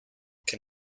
can